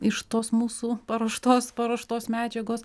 iš tos mūsų paruoštos paruoštos medžiagos